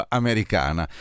americana